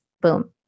boom